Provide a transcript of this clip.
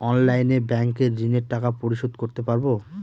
অনলাইনে ব্যাংকের ঋণের টাকা পরিশোধ করতে পারবো?